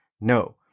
No